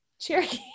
Cherokee